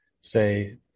say